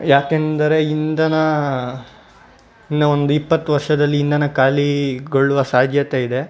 ಯಾಕೆಂದರೆ ಇಂಧನ ಇನ್ನು ಒಂದು ಇಪತ್ತು ವರ್ಷದಲ್ಲಿ ಇಂಧನ ಖಾಲೀಗೊಳ್ಳುವ ಸಾಧ್ಯತೆ ಇದೆ